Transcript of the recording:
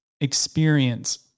experience